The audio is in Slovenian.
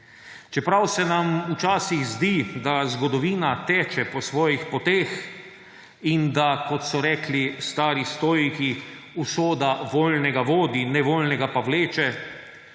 Čeprav se nam včasih zdi, da zgodovina teče po svojih poteh in, kot so rekli stari stoiki, da usoda voljnega vodi, nevoljnega pa vleče,